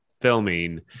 filming